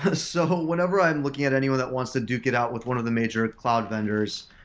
ah so, whenever i'm looking at anyone that wants to duke it out with one of the major cloud vendors,